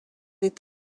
est